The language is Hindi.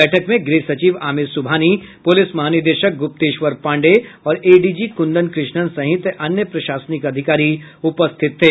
बैठक में गृह सचिव आमिर सुबहानी पुलिस महानिदेशक गुप्तेश्वर पांडेय और एडीजी कुंदन कृष्णन सहित अन्य प्रशासनिक अधिकारी उपस्थित थे